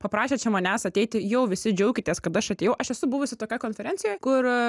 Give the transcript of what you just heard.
paprašė čia manęs ateiti jau visi džiaukitės kad aš atėjau aš esu buvusi tokioj konferencijoj kur